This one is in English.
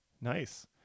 Nice